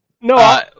No